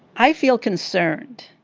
i feel concerned.